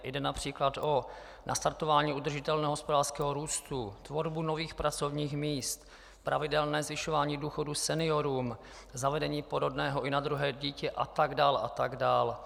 Jde například o nastartování udržitelného hospodářského růstu, tvorbu nových pracovních míst, pravidelné zvyšování důchodu seniorům, zavedení porodného i na druhé dítě, a tak dále a tak dále.